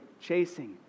chasing